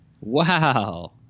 Wow